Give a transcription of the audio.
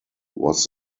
was